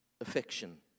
Affection